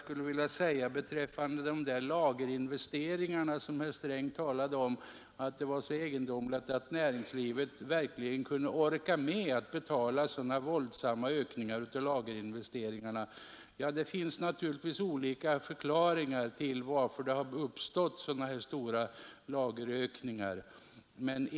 Herr Sträng tyckte att det var egendomligt att näringslivet kunde orka med att betala så våldsamma ökningar av lagerinvesteringarna. Det finns naturligtvis olika förklaringar till de stora lagerökningarna.